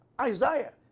Isaiah